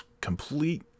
complete